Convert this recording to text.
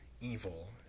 evil